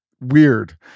weird